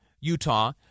Utah